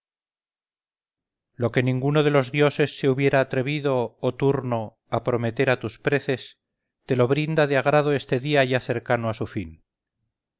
lo que ninguno de los dioses se hubiera atrevido oh turno a prometer a tus preces te lo brinda de agrado este día ya cercano a su fin